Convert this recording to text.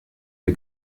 der